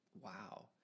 wow